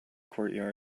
courtyard